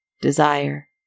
desire